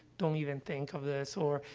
don't even think of this, or,